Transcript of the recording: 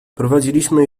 prowadziliśmy